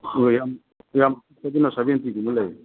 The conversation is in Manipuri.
ꯑꯗꯨꯒ ꯌꯥꯝ ꯀꯨꯞꯄꯗꯨꯅ ꯁꯕꯦꯟꯇꯤꯒꯨꯝꯕ ꯂꯩ